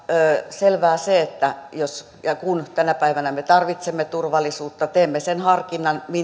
selvää se että jos ja kun tänä päivänä me tarvitsemme turvallisuutta teemme sen harkinnan